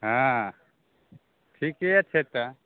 हँ ठीके छै तऽ